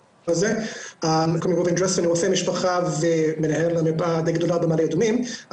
אני רופא משפחה ומנהל מרפאה די גדולה במעלה אדומים,